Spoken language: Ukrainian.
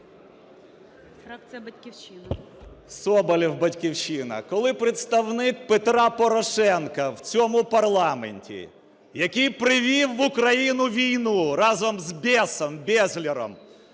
Соболєв, "Батьківщина". Коли представник Петра Порошенка в цьому парламенті, який привів в Україну війну разом з "Бєсом", Безлером,